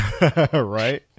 Right